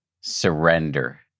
surrender